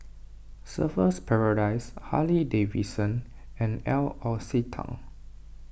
Surfer's Paradise Harley Davidson and L'Occitane